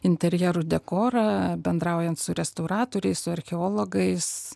interjerų dekorą bendraujant su restauratoriais su archeologais